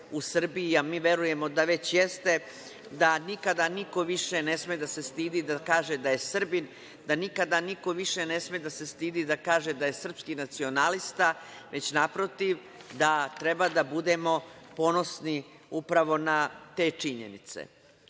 u Srbiji, a mi verujemo da već jeste, da nikada niko više ne sme da se stidi da kaže da je Srbin, da nikada niko više ne sme da se stidi da kaže da je srpski nacionalista, već naprotiv, da treba da budemo ponosni upravo na te činjenice. Dobro